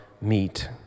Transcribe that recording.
meet